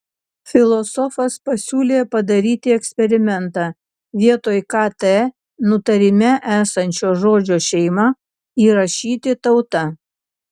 filosofas pasiūlė padaryti eksperimentą vietoj kt nutarime esančio žodžio šeima įrašyti tauta